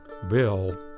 Bill